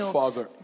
father